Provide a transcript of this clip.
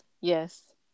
Yes